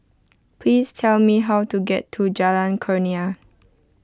please tell me how to get to Jalan Kurnia